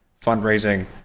fundraising